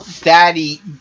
Daddy